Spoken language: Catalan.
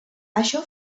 això